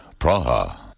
Praha